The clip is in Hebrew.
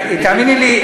תאמיני לי,